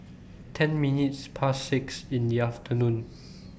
ten minutes Past six in The afternoon